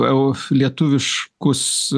tai už lietuviškus